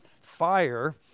fire